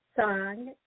song